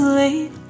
late